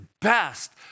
best